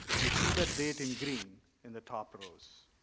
you see the date in green in the top rows.